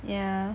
yeah